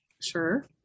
sure